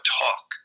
talk